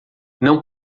não